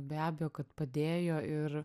be abejo kad padėjo ir